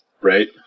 Right